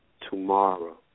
tomorrow